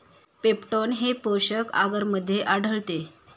peptone हे पोषक आगरमध्ये आढळते